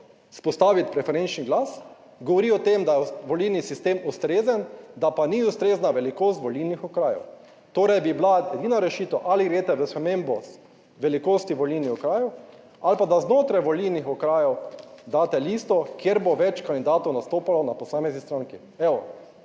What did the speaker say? vzpostaviti preferenčni glas, govori o tem, da je volilni sistem ustrezen, da pa ni ustrezna velikost volilnih okrajev. Torej bi bila edina rešitev, ali greste v spremembo velikosti volilnih okrajev ali pa da znotraj volilnih okrajev daste listo, kjer bo več kandidatov nastopalo na posamezni stranki.